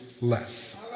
less